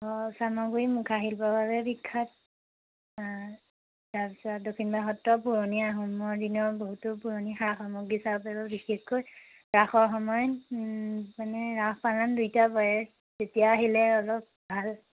অঁ চামগুৰি মুখা শিল্পৰ বাবে বিখ্যাত তাৰ পিছত দক্ষিণপাট সত্ৰ পুৰণি আহোমৰ দিনৰ বহুত পুৰণি সা সামগ্ৰী চাব পাৰিব বিশেষকৈ ৰাসৰ সময়ত মানে ৰাস পালন তেতিয়া আহিলে অলপ ভাল